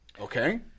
okay